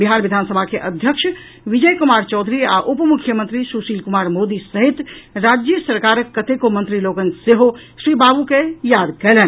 बिहार विधानसभा के अध्यक्ष विजय कुमार चौधरी आ उप मुख्यमंत्री सुशील कुमार मोदी सहित राज्य सरकारक कतेको मंत्री लोकनि सेहो श्री बाबू के याद कयलनि